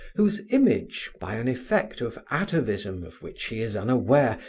whose image, by an effect of atavism of which he is unaware,